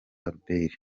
albert